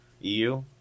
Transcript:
EU